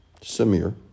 Samir